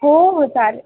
हो हो चालेल